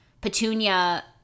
Petunia